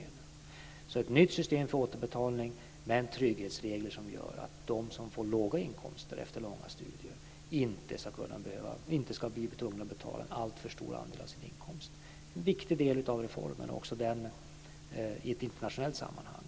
Det är ett nytt system för återbetalning men trygghetsregler som gör att de som får låga inkomster efter långa studier inte ska vara tvungna att betala alltför stor andel av sin inkomst. Det är en viktig del av reformen, också i ett internationellt sammanhang.